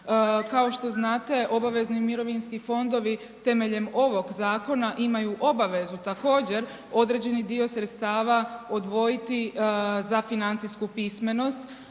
Kao što znate, obavezni mirovinski fondovi temeljem ovog zakona imaju obavezu također, određeni dio sredstava odvojiti za financijsku pismenost.